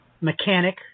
mechanic